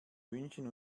münchen